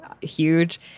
huge